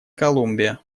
колумбия